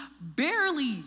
barely